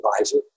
advisor